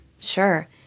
Sure